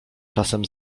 czasem